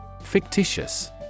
Fictitious